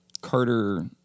Carter